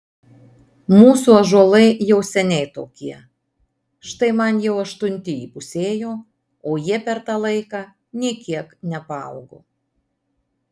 mūsų ąžuolai jau seniai tokie štai man jau aštunti įpusėjo o jie per tą laiką nė kiek nepaaugo